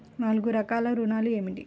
నాలుగు రకాల ఋణాలు ఏమిటీ?